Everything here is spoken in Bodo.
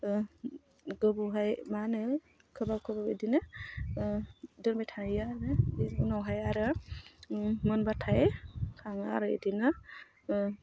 गोबावहाय मा होनो खोबहाब खोबहाब बिदिनो दोनबाय थायोआनो बेनि उनावहाय आरो मोनबाथाय खाङो आरो बिदिनो